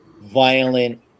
violent